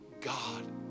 God